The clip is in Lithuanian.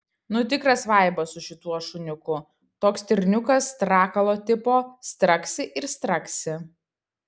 nu tikras vaibas su šituo šuniuku toks stirniukas strakalo tipo straksi ir straksi